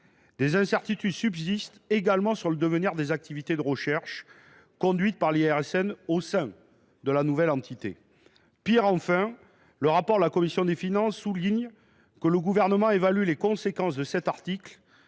Des incertitudes subsistent aussi sur le devenir des activités de recherche conduites par l’IRSN au sein de la nouvelle entité. Pire encore, le rapport général de la commission des finances souligne que le Gouvernement évalue les conséquences de cet article